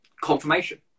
confirmation